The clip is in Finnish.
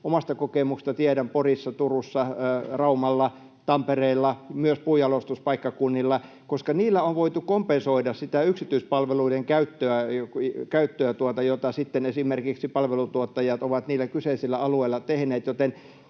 omasta kokemuksesta tiedän, että Porissa, Turussa, Raumalla, Tampereella, myös puunjalostuspaikkakunnilla — koska niillä on voitu kompensoida sitä yksityispalveluiden käyttöä, jota sitten esimerkiksi palveluntuottajat ovat niillä kyseisillä alueilla tehneet.